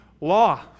law